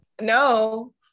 no